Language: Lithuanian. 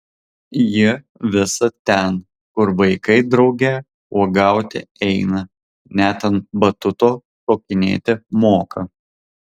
ji visad ten kur vaikai drauge uogauti eina net ant batuto šokinėti moka